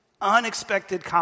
unexpected